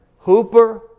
Hooper